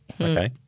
Okay